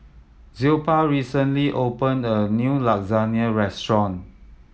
Zilpah recently opened a new Lasagne Restaurant